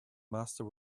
master